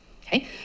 okay